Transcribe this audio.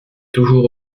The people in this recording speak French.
toujours